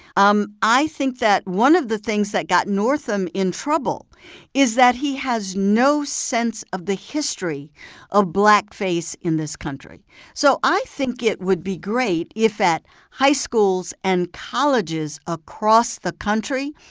um i think that one of the things that got northam in trouble is that he has no sense of the history of blackface in this country so i think it would be great if, at high schools and colleges across the country,